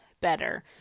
better